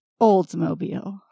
Oldsmobile